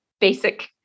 basic